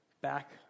back